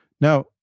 Now